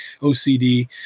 OCD